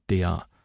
DR